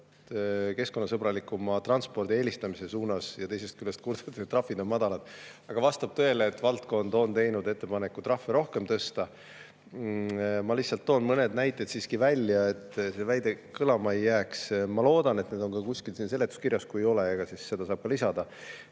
keskkonnasõbralikuma transpordi eelistamise suunas, ja teisest küljest kurdate, et trahvid on madalad. Aga vastab tõele, et valdkond on teinud ettepaneku trahve rohkem tõsta. Ma lihtsalt toon mõned näited välja, et see väide kõlama ei jääks. Ma loodan, et need on kuskil seletuskirjas. Kui ei ole, siis need saab ka lisada. Näiteks